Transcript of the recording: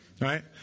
Right